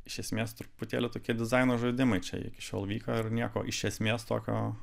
iš esmės truputėlį tokie dizaino žaidimai čia iki šiol vyko ir nieko iš esmės tokio